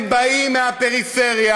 הם באים מהפריפריה.